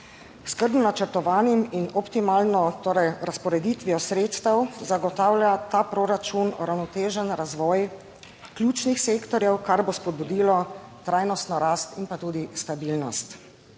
skrbno načrtovanim in optimalno torej razporeditvijo sredstev zagotavlja ta proračun uravnotežen razvoj ključnih sektorjev, kar bo spodbudilo trajnostno rast in pa tudi stabilnost.